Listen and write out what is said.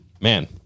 Man